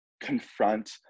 confront